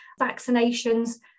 vaccinations